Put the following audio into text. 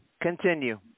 Continue